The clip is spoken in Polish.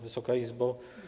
Wysoka Izbo!